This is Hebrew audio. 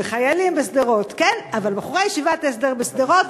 וחיילים בשדרות כן, אבל בחורי ישיבת ההסדר בשדרות,